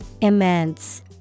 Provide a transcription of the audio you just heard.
Immense